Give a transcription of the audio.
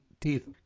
teeth